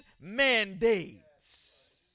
mandates